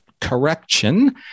correction-